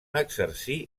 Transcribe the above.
exercí